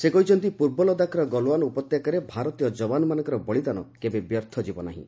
ସେ କହିଛନ୍ତି ପୂର୍ବ ଲଦାଖର ଗଲୱାନ ଉପତ୍ୟକାରେ ଭାରତୀୟ ଜବାନମାନଙ୍କର ବଳିଦାନ କେବେ ବ୍ୟର୍ଥ ଯିବ ନାହିଁ